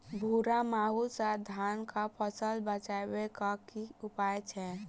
भूरा माहू सँ धान कऽ फसल बचाबै कऽ की उपाय छै?